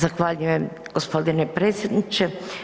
Zahvaljujem gospodine predsjedniče.